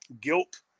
guilt